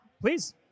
Please